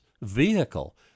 vehicle